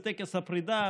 בטקס הפרידה,